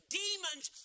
demon's